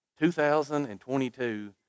2022